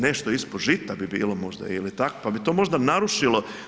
Nešto ispod žita bi bilo možda ili tak, pa bi to možda narušilo.